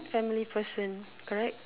family person correct